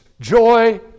joy